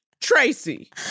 Tracy